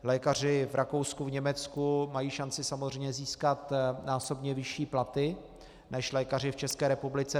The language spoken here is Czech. Lékaři v Rakousku, v Německu mají šanci samozřejmě získat násobně vyšší platy než lékaři v České republice.